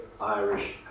Irish